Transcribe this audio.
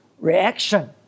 reaction